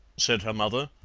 said her mother.